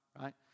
right